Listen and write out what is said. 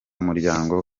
umuryango